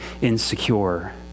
insecure